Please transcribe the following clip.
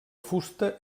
fusta